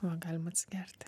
va galima atsigerti